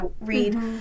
read